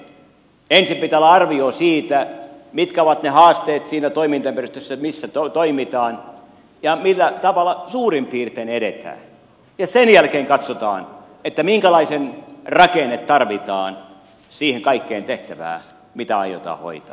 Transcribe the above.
ensin pitää olla arvio siitä mitkä ovat ne haasteet siinä toimintaympäristössä missä toimitaan ja millä tavalla suurin piirtein edetään ja sen jälkeen katsotaan minkälainen rakenne tarvitaan siihen kaikkeen tehtävään mitä aiotaan hoitaa